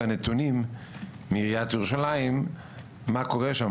הנתונים מעיריית ירושלים מה קורה שם.